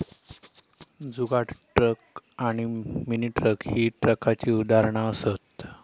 जुगाड truck आणि mini truck ही ट्रकाची उदाहरणा असत